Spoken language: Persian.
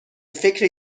فکر